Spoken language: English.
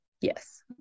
yes